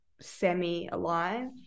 semi-alive